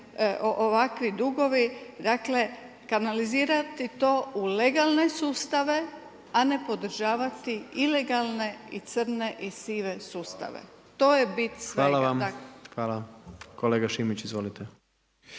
ovakvi dugovi, dakle kanalizirati to u legalne sustave, a ne podržavati ilegalne i crne i sive sustave, to je bit svega. **Jandroković, Gordan (HDZ)** Hvala vam. Kolega Šimić, izvolite.